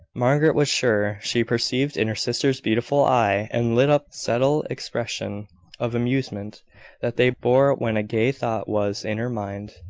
margaret was sure she perceived in her sister's beautiful eye and lip the subtle expression of amusement that they bore when a gay thought was in her mind,